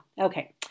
Okay